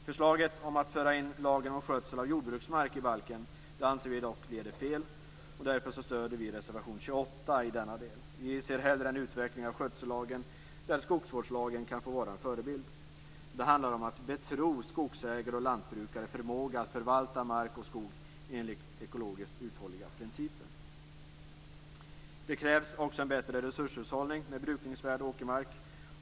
Förslaget om att föra in lagen som skötsel av jordbruksmark i balken anser vi dock leder fel. Därför stöder vi reservation 28 i denna del. Vi ser hellre en utveckling av skötsellagen, där skogsvårdslagen kan få vara en förebild. Det handlar om att betro skogsägare och lantbrukare förmåga att förvalta mark och skog enligt ekologiskt uthålliga principer. Det krävs också en bättre resurshushållning med brukningsvärd åkermark.